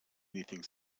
anything